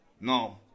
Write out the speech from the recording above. No